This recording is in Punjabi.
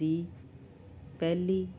ਦੀ ਪਹਿਲੀ